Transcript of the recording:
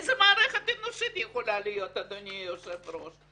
איזה מערכת אנושית יכולה להיות, אדוני היושב ראש?